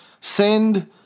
send